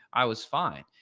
i was fine.